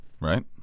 right